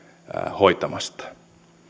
hoitamasta